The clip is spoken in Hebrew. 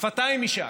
שפתיים יישק.